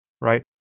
right